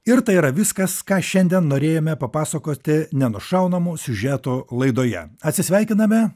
ir tai yra viskas ką šiandien norėjome papasakoti nenušaunamų siužetų laidoje atsisveikiname